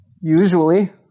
usually